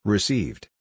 Received